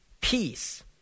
peace